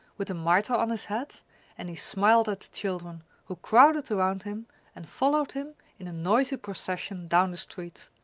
with a mitre on his head and he smiled at the children, who crowded around him and followed him in a noisy procession down the street.